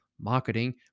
marketing